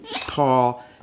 paul